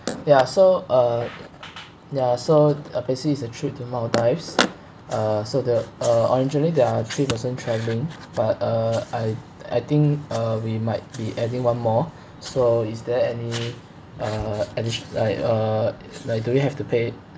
ya so uh ya so uh basically it's a trip to maldives uh so the uh originally there are three person travelling but uh I I think uh we might be adding one more so is there any uh addition like uh like do we have to pay